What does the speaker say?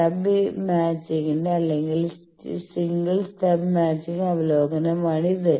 stub മാച്ചിങ്ങിന്റെ അല്ലെങ്കിൽ single stub match അവലോകനാമാണിത്